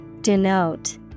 Denote